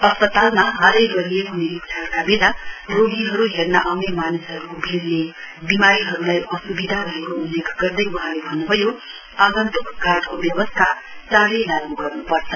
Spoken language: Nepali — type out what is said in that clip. अस्पतालमा हालै गरिएको निरीक्षणका बेला रोगीहरू हेर्न आउने मानिसहरूको भीड़ले विमारीहरूलाई असुविधा भएको उल्लेख गर्दै वहाँले भन्नुभयो आगन्तुक कार्यको व्यवस्था चाँडै लागू गर्नुपर्छ